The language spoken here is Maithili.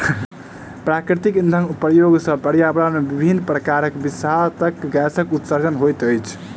प्राकृतिक इंधनक प्रयोग सॅ पर्यावरण मे विभिन्न प्रकारक विषाक्त गैसक उत्सर्जन होइत अछि